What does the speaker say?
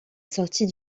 sortie